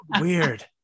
weird